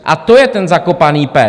A to je ten zakopaný pes.